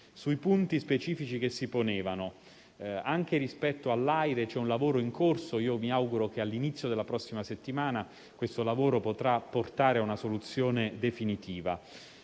Sui punti specifici che si ponevano, anche rispetto all'AIRE, c'è un lavoro in corso. Mi auguro che, all'inizio della prossima settimana, questo lavoro potrà portare a una soluzione definitiva.